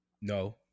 No